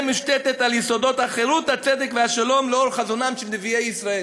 מושתתת על יסודות החירות הצדק והשלום לאור חזונם של נביאי ישראל".